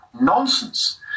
nonsense